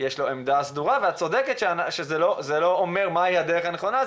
יש עמדה סדורה ואת צודקת שזה לא אומר מהי הדרך הנכונה,